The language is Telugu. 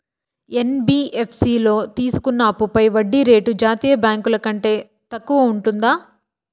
యన్.బి.యఫ్.సి లో తీసుకున్న అప్పుపై వడ్డీ రేటు జాతీయ బ్యాంకు ల కంటే తక్కువ ఉంటుందా?